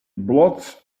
blots